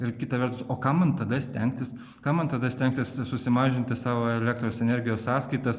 ir kita vertus o kam tada stengtis ką man tada stengtis susimažinti savo elektros energijos sąskaitas